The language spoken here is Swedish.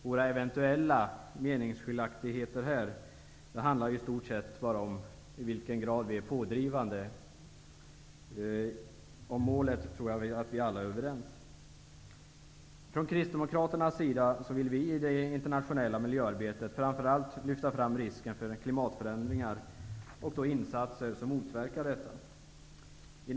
Våra eventuella meningsskiljaktigheter i det här sammanhanget handlar i stort sett bara om i vilken grad vi skall vara pådrivande. Om målet är vi nog alla överens. Från kristdemokraternas sida vill vi i det internationella miljöarbetet framför allt betona risken för klimatförändringar och lyfta fram insatser som motverkar sådana förändringar.